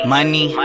Money